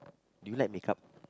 do you like makeup